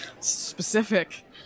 specific